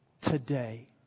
today